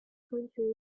country